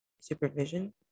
supervision